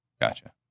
Gotcha